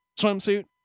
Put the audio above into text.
swimsuit